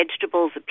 vegetables